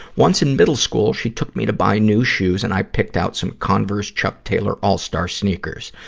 once in middle school, she took me to buy new shoes, and i picked out some converse chuck taylor all-star sneakers.